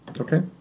Okay